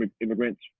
immigrants